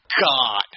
God